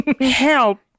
Help